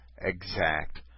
exact